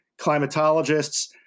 climatologists